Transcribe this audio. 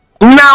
Now